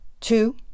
two